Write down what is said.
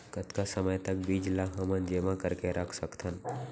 कतका समय तक बीज ला हमन जेमा करके रख सकथन?